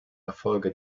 erfolge